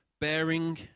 bearing